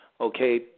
okay